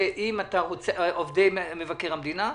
עובדי מבקר המדינה האלה,